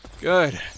Good